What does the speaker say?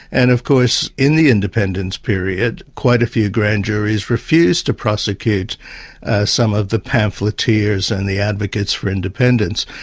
and of course in the independence period quite a few grand juries refused to prosecute some of the pamphleteers and the advocates for independence,